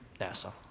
NASA